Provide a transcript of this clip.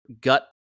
gut